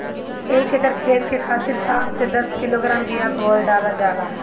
एक एकर खेत के खातिर सात से दस किलोग्राम बिया बेहन डालल जाला?